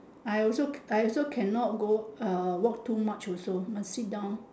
I also I also cannot go uh walk too much also must sit down